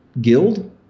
guild